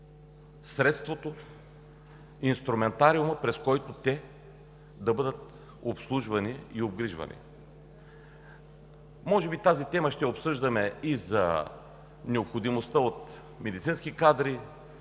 средството, инструментариумът, през който те да бъдат обслужвани и обгрижвани. Може би тази тема ще я обсъждаме и за необходимостта от медицински кадри